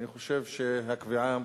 אני חושב שהקביעה